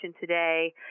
today